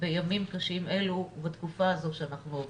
בימים קשים אלו ובתקופה הזו שאנחנו עוברים.